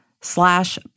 slash